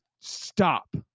stop